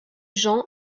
jean